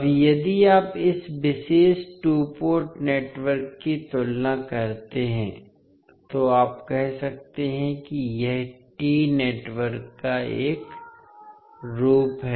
अब यदि आप इस विशेष टू पोर्ट नेटवर्क की तुलना करते हैं तो आप कह सकते हैं कि यह टी नेटवर्क का एक रूप है